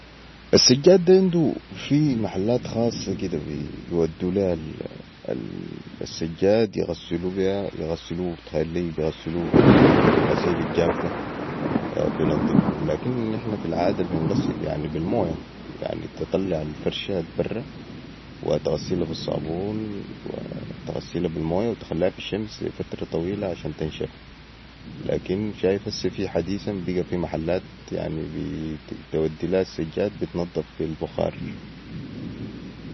السجاد ده عندو في محلات خاصة كده بودو ليها السجاد يغسلو بيها يغسلو اتخيلي بي الغسيل الجاف ده بنضفو لكن نحن في العاده بنغسل بي المويه يعني تطلع الفرشه براء وتغسلا بي الصابون وتغسلا بي المويه وتخليها في الشمس لي فتره طويلة عشان تنشف لكن شايف هسع في حديثا في محلات بتودي ليها السجاد بتنضف بي البخار